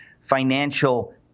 financial